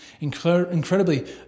incredibly